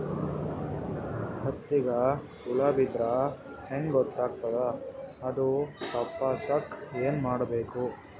ಹತ್ತಿಗ ಹುಳ ಬಿದ್ದ್ರಾ ಹೆಂಗ್ ಗೊತ್ತಾಗ್ತದ ಅದು ತಪ್ಪಸಕ್ಕ್ ಏನ್ ಮಾಡಬೇಕು?